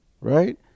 right